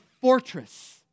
fortress